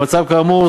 במצב כאמור,